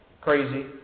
crazy